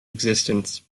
existence